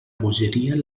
bogeria